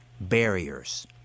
barriers